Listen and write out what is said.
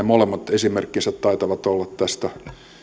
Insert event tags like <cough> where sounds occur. <unintelligible> molemmat esimerkkinsä taitavat olla tästä